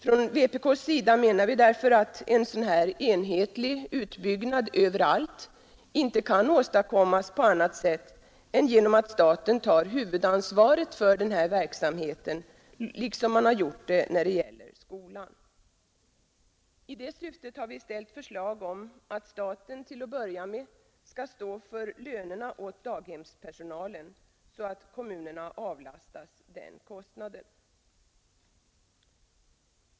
Från vpk:s sida menar vi därför att en sådan enhetlig utbyggnad överallt inte kan åstadkommas på annat sätt än genom att staten tar huvudansvaret för denna verksamhet liksom man har gjort när det gäller skolan. I det syftet har vi ställt förslag om att staten till att börja med skall stå för lönerna åt daghemspersonalen, så att kommunerna avlastas den kostnaden.